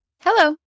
hello